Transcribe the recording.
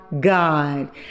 God